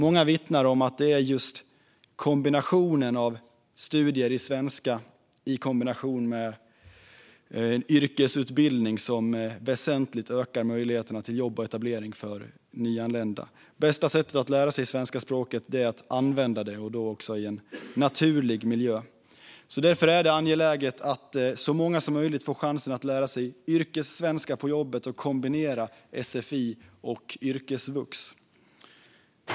Många vittnar om att det är just studier i svenska i kombination med en yrkesutbildning som väsentligt ökar möjligheterna till jobb och etablering för nyanlända. Bästa sättet att lära sig svenska språket är att använda det, och då i en naturlig miljö. Därför är det angeläget att så många som möjligt får chansen att lära sig yrkessvenska på jobbet och kombinera sfi och yrkesvux.